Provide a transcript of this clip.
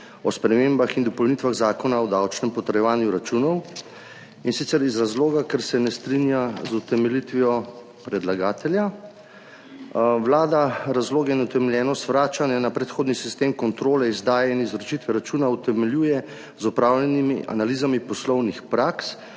o spremembah in dopolnitvah Zakona o davčnem potrjevanju računov, in sicer iz razloga ker se ne strinja z utemeljitvijo predlagatelja. Vlada razloge in utemeljenost vračanja na predhodni sistem kontrole izdaje in izročitve računa utemeljuje z opravljenimi analizami poslovnih praks